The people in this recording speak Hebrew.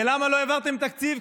ולמה לא העברתם תקציב?